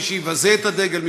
מי שיבזה את הדגל,